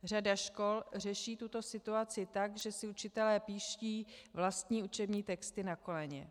Řada škol řeší tuto situaci tak, že si učitelé píší vlastní učební texty na koleně.